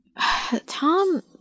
Tom